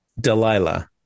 delilah